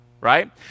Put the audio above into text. right